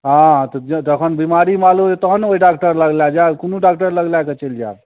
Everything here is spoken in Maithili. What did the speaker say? हँ तऽ जखन बीमारी मालूम होयतै तहन ने ओहि डाक्टर लग लै जाएब कोनो डाक्टर लग लै कऽ चलि जाएब